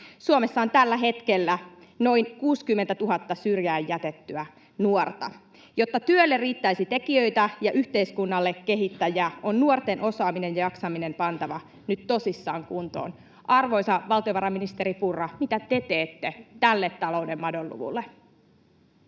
Suomessa on tällä hetkellä noin 60 000 syrjään jätettyä nuorta. Jotta työlle riittäisi tekijöitä ja yhteiskunnalle kehittäjiä, on nuorten osaaminen ja jaksaminen pantava nyt tosissaan kuntoon. Arvoisa valtiovarainministeri Purra, mitä te teette tälle talouden madonluvulle?